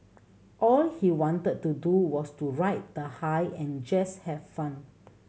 all he wanted to do was to ride the high and just have fun